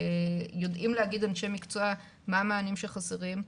יודעים להגיד אנשי מקצוע מה המענים שחסרים.